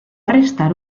restar